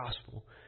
gospel